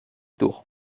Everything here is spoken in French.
tour